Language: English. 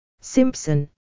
Simpson